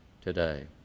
today